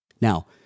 Now